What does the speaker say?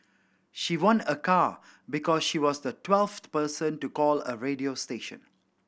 she won a car because she was the twelfth person to call a radio station